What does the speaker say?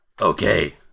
Okay